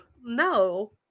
No